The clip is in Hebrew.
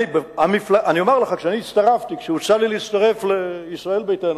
אני אומר לך, כשהוצע לי להצטרף לישראל ביתנו,